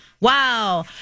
Wow